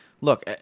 look